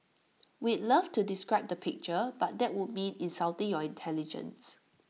we'd love to describe the picture but that would mean insulting your intelligence